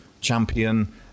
champion